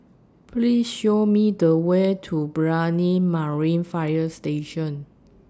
Please Show Me The Way to Brani Marine Fire Station